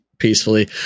peacefully